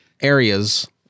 areas